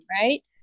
right